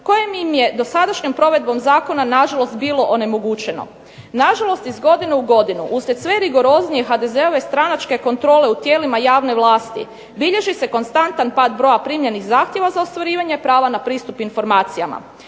koje im je dosadašnjom provedbom zakona nažalost bilo onemogućeno. Nažalost, iz godine u godinu uslijed sve rigoroznije HDZ-ove stranačke kontrole u tijelima javne vlasti bilježi se konstantan pad broja primljenih zahtjeva za ostvarivanje prava na pristup informacijama.